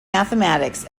mathematics